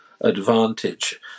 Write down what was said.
advantage